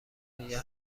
دیگر